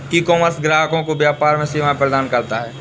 ecommerce ग्राहकों को व्यापार में सेवाएं प्रदान करता है